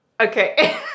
Okay